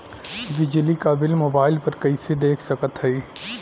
बिजली क bill mobile पर कईसे देख सकत हई?